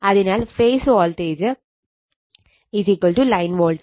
അതിനാൽ phase voltage line voltage VL √ 3